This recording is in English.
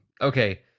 Okay